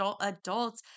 adults